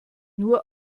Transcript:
nur